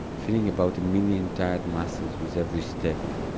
feeling about a million tired muscles with every step